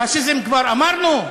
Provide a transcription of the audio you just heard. פאשיזם, כבר אמרנו?